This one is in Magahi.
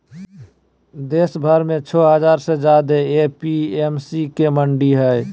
देशभर में छो हजार से ज्यादे ए.पी.एम.सी के मंडि हई